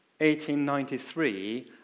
1893